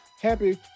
Happy